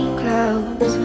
close